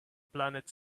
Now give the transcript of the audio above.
planet